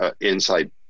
inside